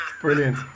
Brilliant